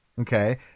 okay